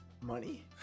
money